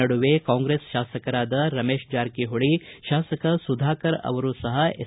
ನಡುವೆ ಕಾಂಗ್ರೆಸ್ ಶಾಸಕರಾದ ರಮೇಶ್ ಜಾರಕಿಹೊಳಿ ಶಾಸಕ ಸುಧಾಕರ್ ಅವರೂ ಸಹ ಎಸ್